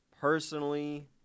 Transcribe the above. personally